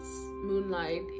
moonlight